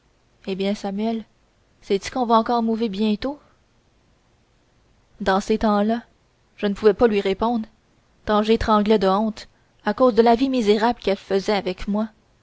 eh bien samuel c'est-y qu'on va encore mouver bientôt dans ces temps-là je ne pouvais pas lui répondre tant j'étranglais de honte à cause de la vie misérable qu'elle faisait avec moi